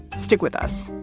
stick with us